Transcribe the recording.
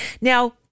Now